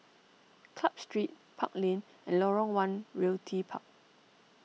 Club Street Park Lane and Lorong one Realty Park